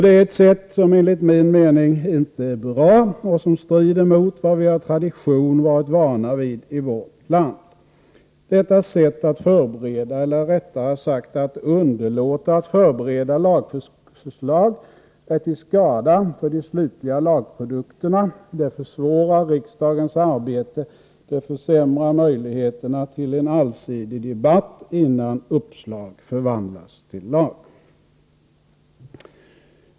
Det är ett sätt som enligt min mening inte är bra och som strider mot vad vi av tradition varit vana vid i vårt land. Detta sätt att förbereda eller, rättare sagt, att underlåta att förbereda lagförslag är till skada för de slutliga lagprodukterna, försvårar riksdagens arbete och försämrar möjligheterna till en allsidig debatt innan uppslag förvandlas till lag.